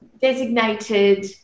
designated